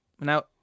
Now